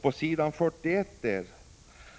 På s. 41